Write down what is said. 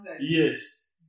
Yes